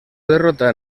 derrota